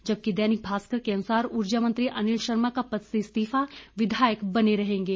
जबकि दैनिक भास्कर के अनुसार है ऊर्जा मंत्री अनिल शर्मा का पद से इस्तीफा विधायक बने रहेंगे